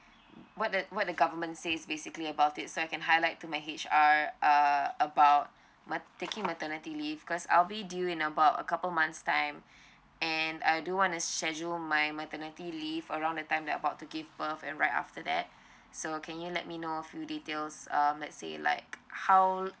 what the what the government says basically about it so I can highlight to my H_R uh about ma~ taking maternity leave cause I'll be due in about a couple months time and I do want to schedule my maternity leave around the time that about to give birth and right after that so can you let me know few details um let's say like how